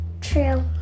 True